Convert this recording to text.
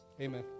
amen